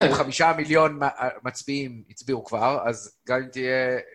אם חמישה מיליון מצביעים הצביעו כבר, אז גם אם תהיה...